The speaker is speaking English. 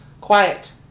Quiet